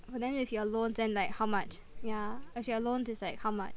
but then if you're loans then like how much ya plus your loans is like how much